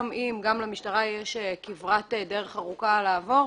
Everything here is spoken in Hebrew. גם אם למשטרה יש כברת דרך ארוכה לעבור,